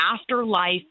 afterlife